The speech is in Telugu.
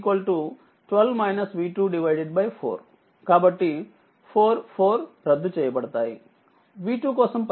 V2 కోసం పరిష్కరించండి